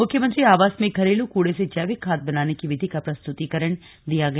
मुख्यमंत्री आवास में घरेलू कूड़े से जैविक खाद बनाने की विधि का प्रस्तुतीकरण दिया गया